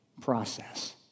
process